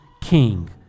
king